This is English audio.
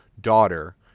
daughter